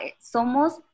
somos